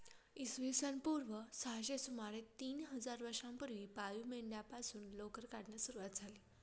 इसवी सन पूर्व सहाशे सुमारे तीन हजार वर्षांपूर्वी पाळीव मेंढ्यांपासून लोकर काढण्यास सुरवात झाली